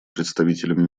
представителем